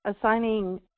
assigning